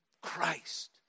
Christ